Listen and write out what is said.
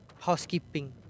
housekeeping